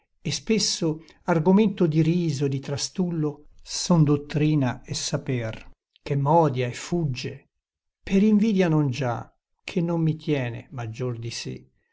e spesso argomento di riso e di trastullo son dottrina e saper che m'odia e fugge per invidia non già che non mi tiene maggior di sé